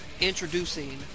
introducing